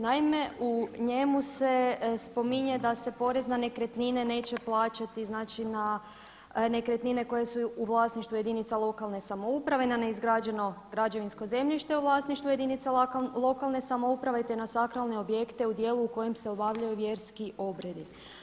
Naime, u njemu se spominje da se porez na nekretnine neće plaćati, znači na nekretnine koje su u vlasništvu jedinica lokalne samouprave, na neizgrađeno građevinsko zemljište u vlasništvu jedinica lokalne samouprave, te na sakralne objekte u dijelu u kojem se obavljaju vjerski obredi.